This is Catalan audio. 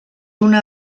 una